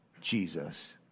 Jesus